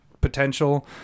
potential